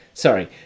Sorry